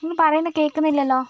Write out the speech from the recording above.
ഒന്നും പറയുന്നത് കേൾക്കുന്നില്ലല്ലോ